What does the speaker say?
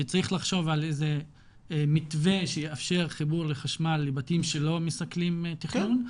שצריך לחשוב על איזה מתווה שיאפשר חיבור לחשמל לבתים שלא מסכלים תכנון.